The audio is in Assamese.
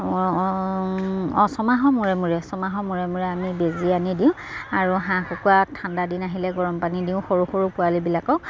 অঁ ছমাহৰ মূৰে মূৰে ছমাহৰ মূৰে মূৰে আমি বেজি আনি দিওঁ আৰু হাঁহ কুকুৰাক ঠাণ্ডা দিন আহিলে গৰম পানী দিওঁ সৰু সৰু পোৱালিবিলাকক